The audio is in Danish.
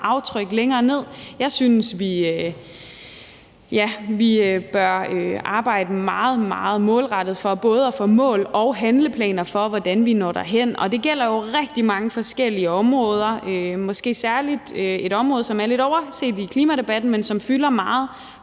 Jeg synes, vi bør arbejde meget, meget målrettet på både at få mål og handleplaner for, hvordan vi når derhen. Det gælder jo rigtig mange forskellige områder, måske særlig et område, som er lidt overset i klimadebatten, men som fylder meget